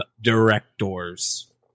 directors